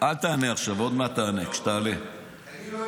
לך למה אני לא אעשה את זה.